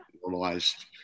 normalized